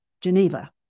Geneva